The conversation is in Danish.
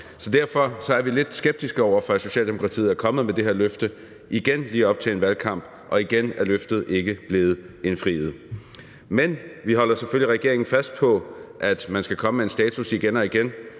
Så derfor er vi lidt skeptiske over for, at Socialdemokratiet er kommet med det her løfte. Igen var det lige op til en valgkamp, og igen er løftet ikke blevet indfriet. Men vi holder selvfølgelig regeringen fast på, at man skal komme med en status igen og igen.